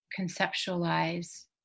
conceptualize